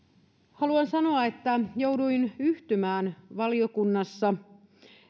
haluan sanoa että jouduin yhtymään valiokunnassa